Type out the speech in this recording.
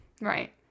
right